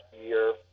year